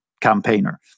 campaigner